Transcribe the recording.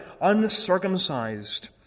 uncircumcised